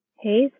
Hey